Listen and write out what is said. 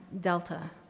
delta